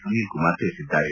ಸುನಿಲ್ಕುಮಾರ್ ತಿಳಿಸಿದ್ದಾರೆ